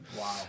Wow